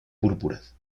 púrpuras